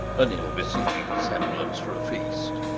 an ill-beseeming semblance for a feast.